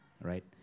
right